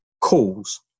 calls